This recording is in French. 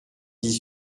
dix